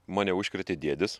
mane užkrėtė dėdės